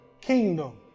kingdom